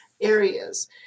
areas